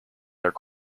their